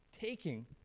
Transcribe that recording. taking